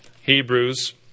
Hebrews